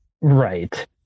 Right